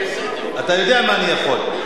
אתה יודע מה אני יכול גם.